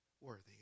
worthy